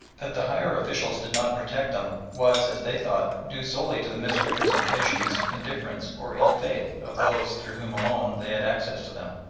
that the higher officials did not protect them was, as they thought, due solely to the misrepresentations, indifference, or ill-faith of those through whom alone they had access to them.